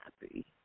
happy